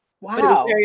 Wow